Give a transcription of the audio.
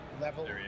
level